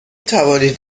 توانید